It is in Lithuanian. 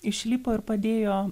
išlipo ir padėjo